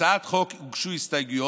להצעת החוק הוגשו הסתייגויות.